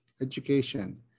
education